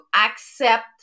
accept